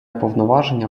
повноваження